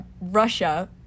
Russia